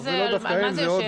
על מה זה יושב?